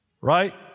Right